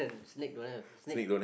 snake don't have snake